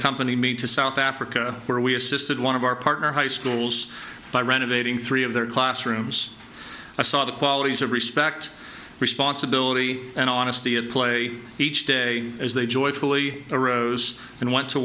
company me to south africa where we assisted one of our partner high schools by renovating three of their classrooms i saw the qualities of respect responsibility and honesty at play each day as they joyfully arose and went to